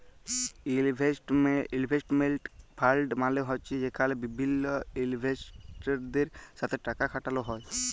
investment fund মালে হছে যেখালে বিভিল্ল ইলভেস্টরদের সাথে টাকা খাটালো হ্যয়